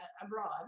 abroad